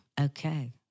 Okay